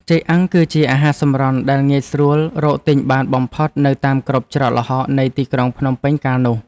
ចេកអាំងគឺជាអាហារសម្រន់ដែលងាយស្រួលរកទិញបានបំផុតនៅតាមគ្រប់ច្រកល្ហកនៃទីក្រុងភ្នំពេញកាលនោះ។